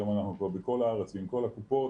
היום, אנחנו בכל הארץ, עם כל הקופות.